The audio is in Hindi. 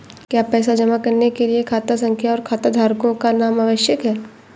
क्या पैसा जमा करने के लिए खाता संख्या और खाताधारकों का नाम आवश्यक है?